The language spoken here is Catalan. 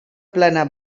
plana